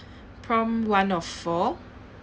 prompt one of four